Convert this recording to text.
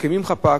מקימים חפ"ק,